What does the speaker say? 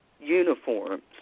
Uniforms